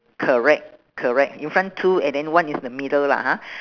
correct correct in front two and then one is the middle lah ha